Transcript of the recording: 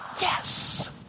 yes